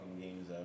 games